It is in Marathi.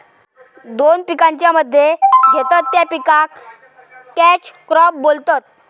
दोन पिकांच्या मध्ये घेतत त्या पिकाक कॅच क्रॉप बोलतत